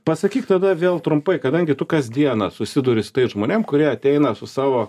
pasakyk tada vėl trumpai kadangi tu kasdieną susiduri su tais žmonėm kurie ateina su savo